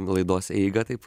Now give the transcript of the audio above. laidos eigą taip